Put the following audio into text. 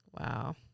Wow